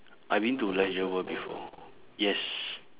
I been to leisure world before yes